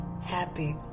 happy